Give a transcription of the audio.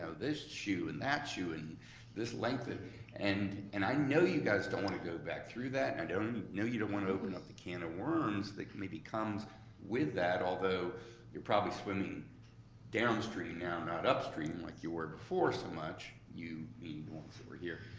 this shoe, and that shoe, and this length. and and and i know you guys don't wanna go back through that. and i know you don't wanna open up the can of worms that maybe comes with that, although you're probably swimming downstream now, not upstream like you were before so much, you mean the ones that were here,